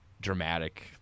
dramatic